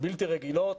בלתי רגילות.